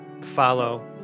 follow